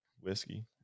whiskey